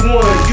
one